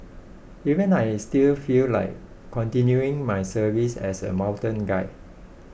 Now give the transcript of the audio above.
even I still feel like continuing my services as a mountain guide